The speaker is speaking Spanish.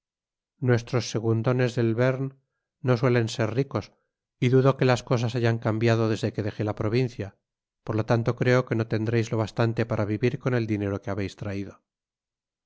vos nuestros segundones del bear n no suelen ser ricos y dudo que las cosas hayan cambiado desde que dejé la provincia por lo tanto creo que no tendreis lo bastante para vivir con el dinero que habeis traido